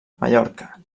mallorca